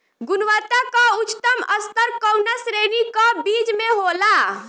गुणवत्ता क उच्चतम स्तर कउना श्रेणी क बीज मे होला?